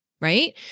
right